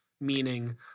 meaning